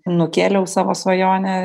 nukėliau savo svajonę